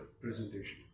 presentation